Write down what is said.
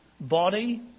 body